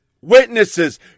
witnesses